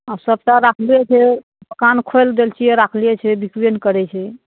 आब सबटा राखले छै दोकान खोलि दै छिए राखले छै बिकबे नहि करै छै